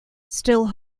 still